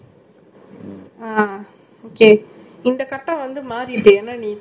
இந்த கட்டம் வந்து நீ மாறிட்டேன்னா நீ பத்தினி கட்டம் அடிச்சுட்டே:intha kattam vanthu nee maaritenna nee pathini kattam adichutte